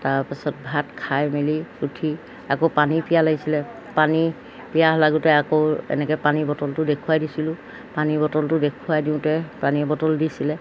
তাৰপাছত ভাত খাই মেলি উঠি আকৌ পানী পিয়াহ লাগিছিলে পানী পিয়াহ লাগোঁতে আকৌ এনেকৈ পানীৰ বটলটো দেখুৱাই দিছিলোঁ পানী বটলটো দেখুৱাই দিওঁতে পানীৰ বটল দিছিলে